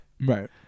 Right